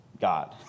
God